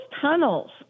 tunnels